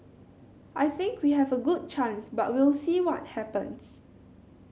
I think we have a good chance but we'll see what happens